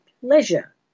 pleasure